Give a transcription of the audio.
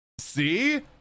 See